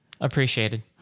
Appreciated